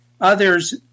Others